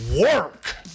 Work